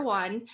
one